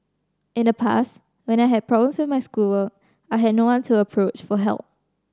in the past when I had problems with my schoolwork I had no one to approach for help